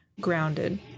grounded